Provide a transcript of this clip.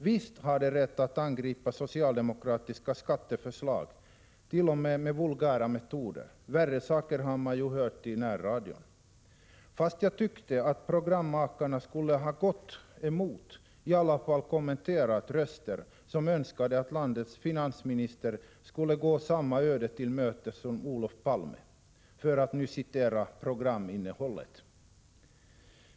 Visst är det tillåtet att angripa socialdemokratiska skatteförslag t.o.m. med vulgära metoder — värre saker har man ju hört i närradion — men jag tycker att programmakarna borde ha gått emot eller i varje fall kommenterat röster som önskade att landets finansminister skulle gå samma öde till mötes som Olof Palme, för att nu återge en del av programinnehållet.